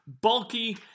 bulky